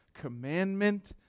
commandment